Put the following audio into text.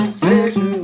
special